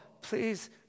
please